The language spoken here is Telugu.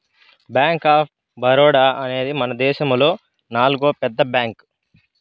బ్యాంక్ ఆఫ్ బరోడా అనేది మనదేశములో నాల్గో పెద్ద బ్యాంక్